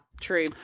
true